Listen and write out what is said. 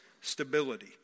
stability